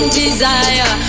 desire